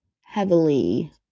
heavily